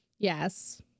Yes